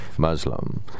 Muslim